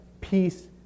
peace